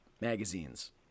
magazines